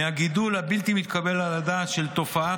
מהגידול הבלתי-מתקבל על הדעת של תופעת